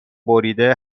بریده